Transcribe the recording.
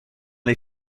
les